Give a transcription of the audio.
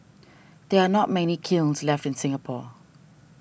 there are not many kilns left in Singapore